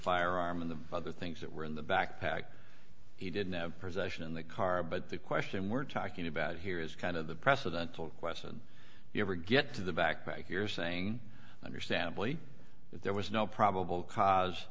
firearm in the other things that were in the backpack he didn't have possession in the car but the question we're talking about here is kind of the president told question you ever get to the backpack you're saying understandably that there was no probable cause